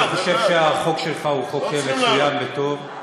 אני חושב שהחוק שלך הוא חוק מצוין וטוב,